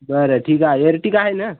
बरं ठीक आहे एरटीका आहे ना